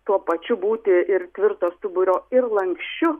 tuo pačiu būti ir tvirto stuburo ir lanksčiu